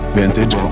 vintage